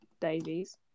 Davies